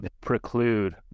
Preclude